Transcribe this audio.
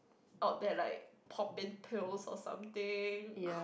out there like popping pills or something